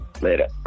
Later